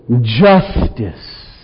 justice